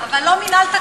אבל לא מינהל תקין.